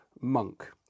monk